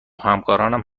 همکارانم